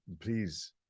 please